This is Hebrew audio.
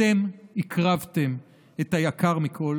אתם הקרבתם את היקר מכול.